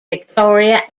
victoria